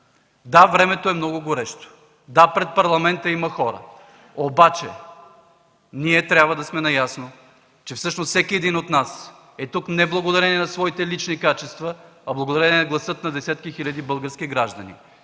Да, времето е много горещо. Да, пред Парламента има хора, обаче ние трябва да сме наясно, че всъщност всеки един от нас е тук не благодарение на своите лични качества, а благодарение гласа на десетки хиляди български граждани.